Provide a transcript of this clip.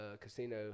casino